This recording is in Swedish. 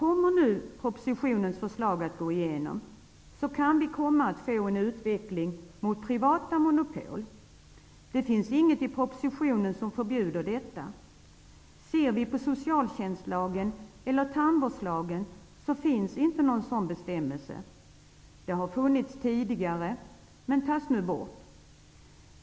Om propositionens förslag genomförs, kan vi få en utveckling mot privata monopol. Det finns inget förslag i propositionen som förbjuder detta. Det finns inte någon sådan bestämmelse i socialtjänstlagen eller tandvårdslagen. Det har funnits tidigare, men tas nu bort.